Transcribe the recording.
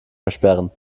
versperren